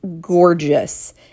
gorgeous